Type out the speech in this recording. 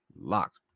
LOCKED